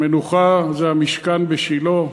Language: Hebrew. המנוחה זה המשכן בשילה.